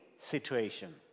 situation